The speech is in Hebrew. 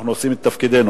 אנחנו עושים את תפקידנו.